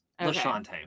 Lashante